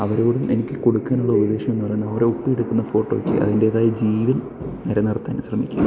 അവരോടും എനിക്ക് കൊടുക്കാനുള്ള ഉപദേശം എന്നു പറയുന്നത് ഓരോ ഒപ്പിയെടുക്കുന്ന ഫോട്ടോയ്ക്ക് അതിൻ്റെതായ ജീവൻ നിലനിർത്താൻ ശ്രമിക്കുക